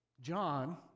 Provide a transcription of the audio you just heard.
John